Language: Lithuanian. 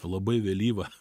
labai vėlyva